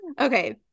Okay